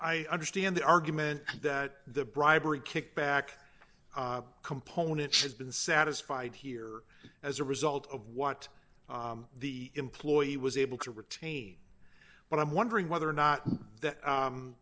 i understand the argument that the bribery kickback component has been satisfied here as a result of what the employee was able to retain but i'm wondering whether or not th